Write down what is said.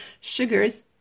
sugars